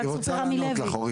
ליד סופר רמי לוי.